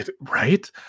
right